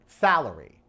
salary